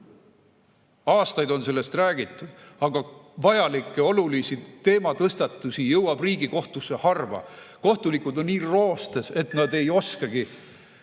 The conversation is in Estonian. Aastaid on sellest räägitud, aga vajalikke olulisi teematõstatusi jõuab Riigikohtusse harva. Kohtunikud on nii roostes, et nad ei oskagi